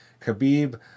Khabib